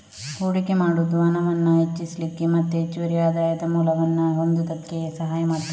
ಹೂಡಿಕೆ ಮಾಡುದು ಹಣವನ್ನ ಹೆಚ್ಚಿಸ್ಲಿಕ್ಕೆ ಮತ್ತೆ ಹೆಚ್ಚುವರಿ ಆದಾಯದ ಮೂಲವನ್ನ ಹೊಂದುದಕ್ಕೆ ಸಹಾಯ ಮಾಡ್ತದೆ